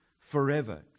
forever